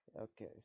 Okay